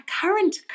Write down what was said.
current